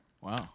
Wow